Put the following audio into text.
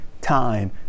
time